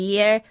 Year